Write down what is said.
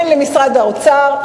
אין למשרד האוצר,